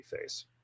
face